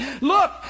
Look